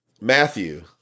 Matthew